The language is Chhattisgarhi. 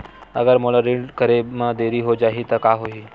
अगर मोला ऋण करे म देरी हो जाहि त का होही?